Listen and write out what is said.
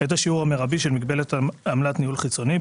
את השיעור המרבי של מגבלת עמלת ניהול חיצוני.